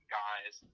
guys